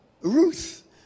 Ruth